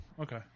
Okay